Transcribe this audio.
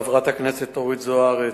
חברת הכנסת אורית זוארץ,